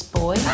boy